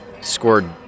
scored